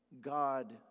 God